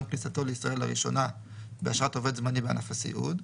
כניסתו לישראל לראשונה באשרת עובד זמני בענף הסיעוד,